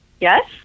Yes